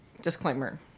disclaimer